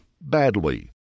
badly